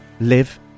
live